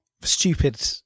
stupid